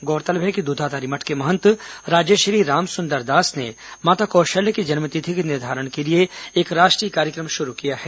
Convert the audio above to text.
गौरतलब है कि दूधाधारी मठ के महंत राजेश्री रामसुंदर दास ने माता कौशल्या की जन्म तिथि के निर्धारण के लिए एक राष्ट्रीय कार्यक्रम शुरू किया है